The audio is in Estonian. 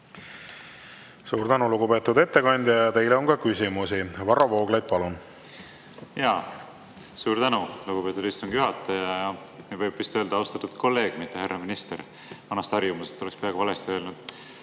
Suur tänu, lugupeetud ettekandja! Teile on ka küsimusi. Varro Vooglaid, palun! Suur tänu, lugupeetud istungi juhataja! Ja võib vist öelda, et austatud kolleeg, mitte härra minister. Vanast harjumusest oleksin peaaegu valesti öelnud.